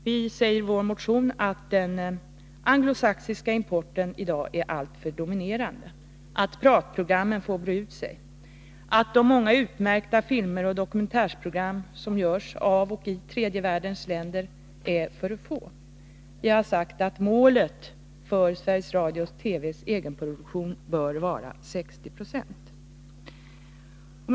Vi säger i vår motion att den anglosaxiska importen i dag är alltför dominerande, att pratprogrammen får breda ut sig, att de många utmärkta filmer och dokumentärprogram som görs av och i tredje världens länder är för få. Vi har sagt att målet för Sveriges Radio-TV:s egen produktion bör vara 60 96.